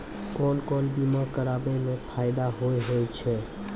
कोन कोन बीमा कराबै मे फायदा होय होय छै?